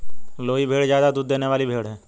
लोही भेड़ ज्यादा दूध देने वाली भेड़ है